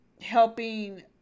helping